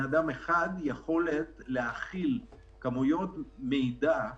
אדם אחד את היכולת להכיל כאלה כמויות מידע,